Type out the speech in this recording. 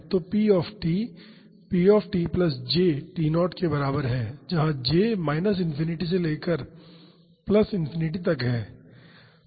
तो p pt j T0 के बराबर है जहाँ j माइनस इनफिनिटी से लेकर प्लस इनफिनिटी तक है